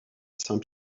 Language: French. saint